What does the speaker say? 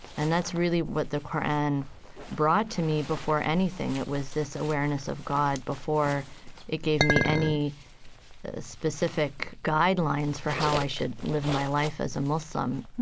and that's really what the qur'an brought to me before anything. it was this awareness of god before it gave me any specific guidelines for how i should live my life as a muslim